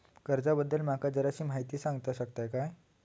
कर्जा बद्दल माका जराशी माहिती सांगा शकता काय?